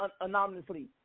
anonymously